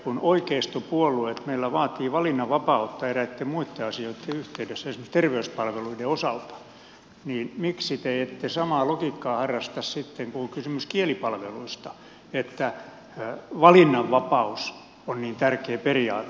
kun oikeistopuolueet meillä vaativat valinnanvapautta eräitten muitten asioitten yhteydessä esimerkiksi terveyspalveluiden osalta niin miksi te ette samaa logiikkaa harrasta sitten kun on kysymys kielipalveluista että valinnanvapaus on niin tärkeä periaate